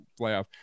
playoff